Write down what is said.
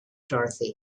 dorothy